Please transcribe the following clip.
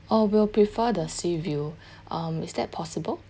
oh will prefer the sea view um is that possible